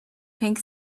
pink